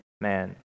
man